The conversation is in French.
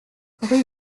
rue